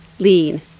Lean